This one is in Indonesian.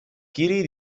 kiri